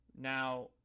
Now